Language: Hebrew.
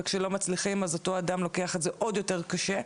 וכשלא מצליחים אז אותו אדם לוקח את זה עוד יותר קשה.